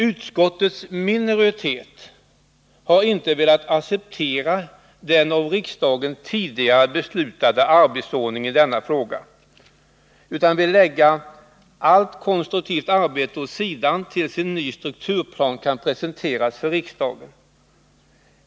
Utskottets minoritet har inte velat acceptera den av riksdagen tidigare beslutade arbetsordningen i denna fråga utan vill lägga allt konstruktivt arbete åt sidan tills en ny strukturplan kan presenteras för riksdagen.